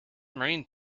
marine